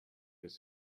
his